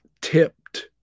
tipped